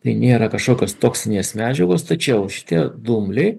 tai nėra kažkokios toksinės medžiagos tačiau šitie dumbliai